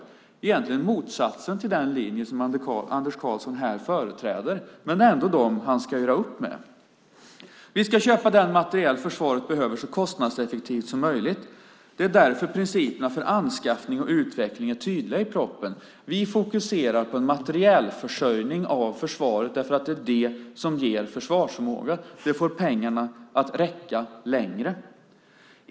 Det är egentligen motsatsen till den linje som Anders Karlsson här företräder. Men det är ändå dem han ska göra upp med. Vi ska köpa den materiel försvaret behöver så kostnadseffektivt som möjligt. Det är därför principerna för anskaffning och utveckling är tydliga i propositionen. Vi fokuserar på en materielförsörjning för försvaret eftersom det är det som ger försvarsförmåga. Det får pengarna att räcka längre.